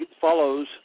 follows